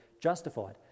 justified